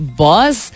boss